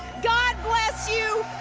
god bless you,